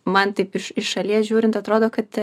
man taip iš iš šalies žiūrint atrodo kad